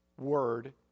word